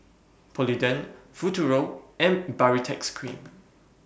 Polident Futuro and Baritex Cream